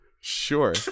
Sure